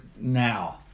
now